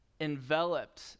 enveloped